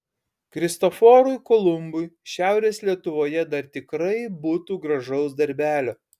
kristoforui kolumbui šiaurės lietuvoje dar tikrai būtų gražaus darbelio